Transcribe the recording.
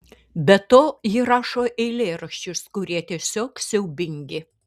be to ji rašo eilėraščius kurie tiesiog siaubingi